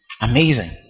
amazing